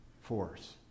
force